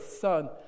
son